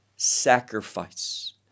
sacrifice